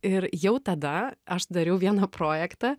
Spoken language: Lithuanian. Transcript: ir jau tada aš dariau vieną projektą